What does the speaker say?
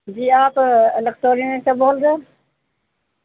جی آپ الیکٹورین سے بول رہے ہیں